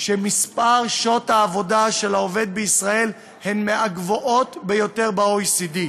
שמספר שעות העבודה של העובד בישראל הוא מהגבוהים ביותר ב-OECD.